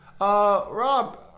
Rob